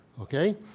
okay